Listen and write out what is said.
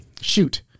Shoot